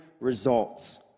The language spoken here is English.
results